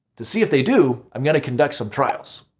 to see if they do, i'm going to conduct some trials.